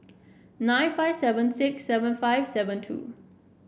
nine five seven six seven five seven two